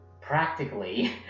practically